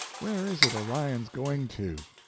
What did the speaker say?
where is it orion's going to?